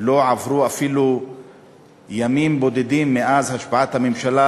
לא עברו אפילו ימים בודדים מאז השבעת הממשלה,